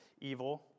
evil